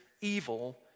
evil